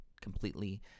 completely